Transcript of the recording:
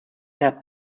tap